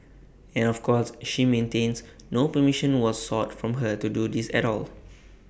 and of course she maintains no permission was sought from her to do this at all